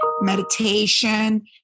meditation